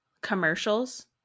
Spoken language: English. commercials